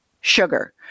sugar